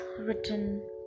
written